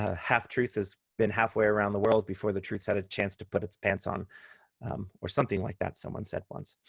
half-truth is been halfway around the world before the truth had a chance to put its pants on or something like that, someone said once.